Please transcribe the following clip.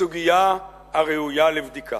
סוגיה הראויה לבדיקה.